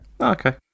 Okay